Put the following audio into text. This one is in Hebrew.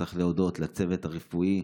צריך להודות לצוות הרפואי,